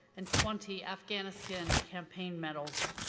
and twenty afghanistan campaign medals.